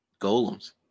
Golems